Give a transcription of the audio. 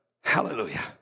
Hallelujah